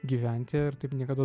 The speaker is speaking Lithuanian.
gyventi ir taip niekados